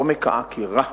עומק העקירה